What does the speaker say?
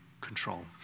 control